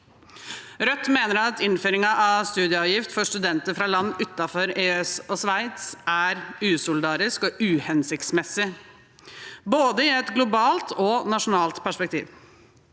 Rødt mener at innføringen av studieavgift for studenter fra land utenfor EØS og Sveits er usolidarisk og uhensiktsmessig, både i et globalt og i et nasjonalt perspektiv.